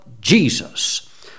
Jesus